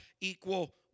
equal